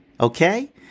Okay